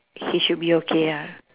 he should be okay ah